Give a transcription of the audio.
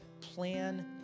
plan